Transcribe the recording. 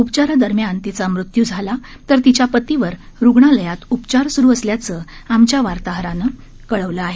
उपचारादरम्यान तिचा मृत्यू झाला आहे तर तिच्या पतीवर रुग्णालयात उपचार स्रु असल्याचंही आमच्या वार्ताहरानं कळवलं आहे